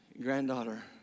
Granddaughter